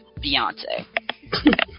Beyonce